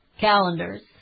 calendars